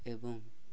ଏବଂ